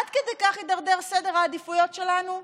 עד כדי כך הידרדר סדר העדיפויות שלנו?